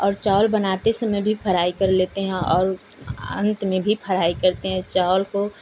और चावल बनाते समय भी फराइ कर लेते हैं और अंत में भी फराइ करते हैं